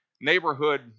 neighborhood